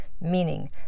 meaning